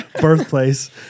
birthplace